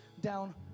down